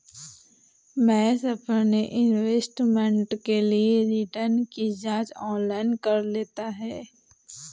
महेश अपने इन्वेस्टमेंट के लिए रिटर्न की जांच ऑनलाइन कर लेता है